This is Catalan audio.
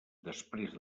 després